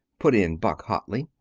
put in buck hotly.